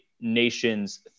nation's